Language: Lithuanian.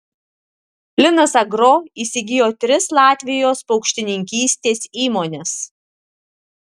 linas agro įsigijo tris latvijos paukštininkystės įmones